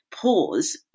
pause